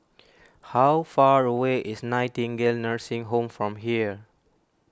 how far away is Nightingale Nursing Home from here